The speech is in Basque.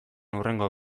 hurrengo